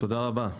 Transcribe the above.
תודה רבה.